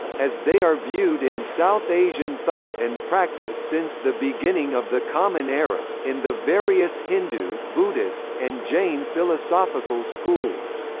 as they are viewed in south asian thought and practice since the beginning of the common era, in the various hindu, buddhist, and jain philosophical schools.